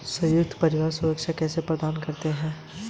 Loan देने से पहले बैंक में क्या चेक करते हैं?